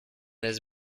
has